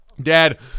Dad